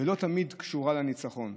ולא תמיד קשורה לניצחון,